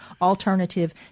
alternative